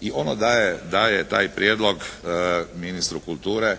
i ono daje taj prijedlog ministru kulture.